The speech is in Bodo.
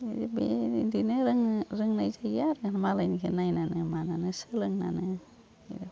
बेबायदिनो रोङो रोंनाय जायो आरो मालायनिखौ नायनानै मानानै सोलोंनानैनो